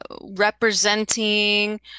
representing